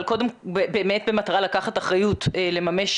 אבל באמת במטרה לקחת אחריות לממש